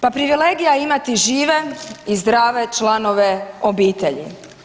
Pa, privilegija imati žive i zdrave članove obitelji.